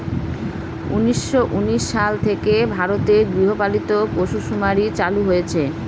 উনিশশো উনিশ সাল থেকে ভারতে গৃহপালিত পশুসুমারী চালু হয়েছে